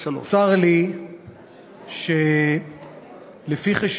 צר לי שזאת הפעם השישית, לפי חשבוני,